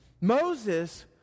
Moses